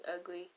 ugly